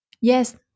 Yes